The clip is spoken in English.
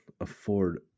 afford